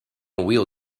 wheel